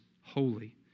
holy